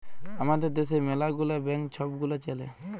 আমাদের দ্যাশে ম্যালা গুলা ব্যাংক ছব গুলা চ্যলে